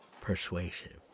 persuasive